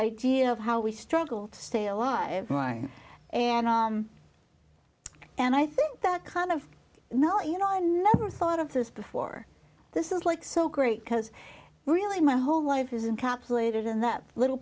idea of how we struggle to stay alive and and i think that kind of no you know i never thought of this before this is like so great because really my whole life isn't calculated in that little